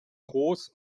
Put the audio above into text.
gross